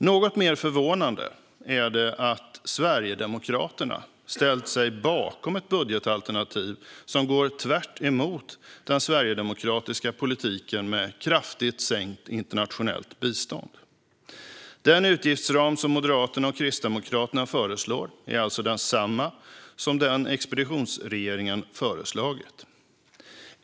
Något mer förvånande är det att Sverigedemokraterna har ställt sig bakom ett budgetalternativ som går tvärtemot den sverigedemokratiska politiken med kraftigt sänkt internationellt bistånd. Den utgiftsram som Moderaterna och Kristdemokraterna föreslår är alltså densamma som den expeditionsregeringen har föreslagit.